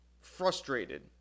frustrated